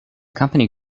company